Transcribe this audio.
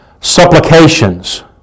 supplications